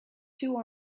two